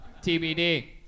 TBD